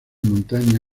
montaña